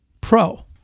pro